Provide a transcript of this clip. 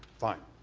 fine.